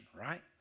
right